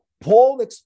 Paul